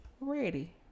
Ready